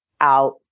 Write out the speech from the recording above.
out